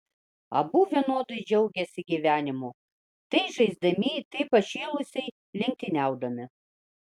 abu vienodai džiaugėsi gyvenimu tai žaisdami tai pašėlusiai lenktyniaudami